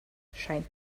scheint